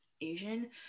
Asian